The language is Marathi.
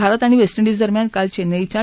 भारत आणि वेस्ट इंडिज दरम्यान काल चेन्नईच्या एम